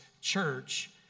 church